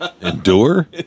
Endure